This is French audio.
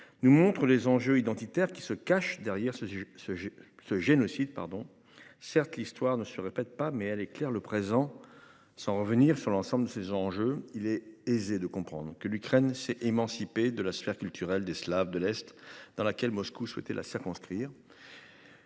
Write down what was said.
nous montre les enjeux identitaires qui se cache derrière ce ce ce génocide pardon. Certes, l'histoire ne se répète pas mais elle éclaire le présent. Sans revenir sur l'ensemble de ces enjeux. Il est aisé de comprendre que l'Ukraine s'est émancipé de la sphère culturelle des slaves de l'Est dans laquelle Moscou souhaiter la circonscrire.